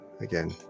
again